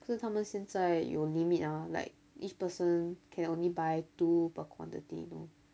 可是他们现在有 limit ah like each person can only buy two per quantity you know